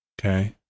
Okay